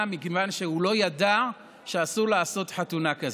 מכיוון שהוא לא ידע שאסור לעשות חתונה כזאת.